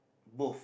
both